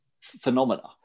phenomena